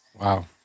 Wow